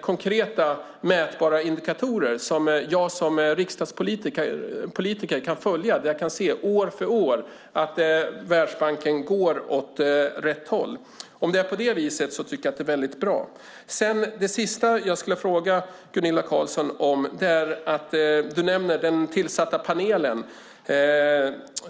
konkreta, mätbara indikatorer som jag som riksdagspolitiker kan följa för att se om Världsbanken går åt rätt håll år för år? Om det är på det viset tycker jag att det är väldigt bra. Det sista jag skulle vilja fråga Gunilla Carlsson om handlar om den tillsatta panelen.